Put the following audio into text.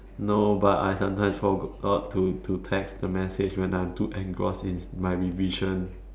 no but I sometimes forgot to to text the message when I'm too engrossed in my revision